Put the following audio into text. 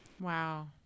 Wow